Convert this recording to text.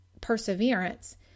perseverance